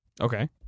Okay